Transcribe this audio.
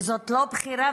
וזאת לא בחירה,